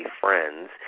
friends